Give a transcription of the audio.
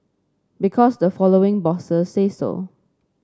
because the following bosses say so